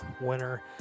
winner